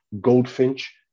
Goldfinch